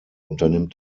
unternimmt